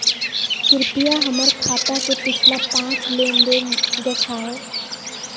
कृपया हमर खाता के पिछला पांच लेनदेन देखाहो